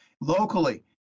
locally